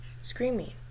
screaming